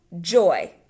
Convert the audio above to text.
joy